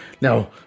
Now